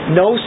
no